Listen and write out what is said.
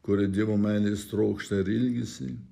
kurie dievo meilės trokšta ir ilgisi